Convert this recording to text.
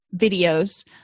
videos